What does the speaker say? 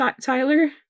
Tyler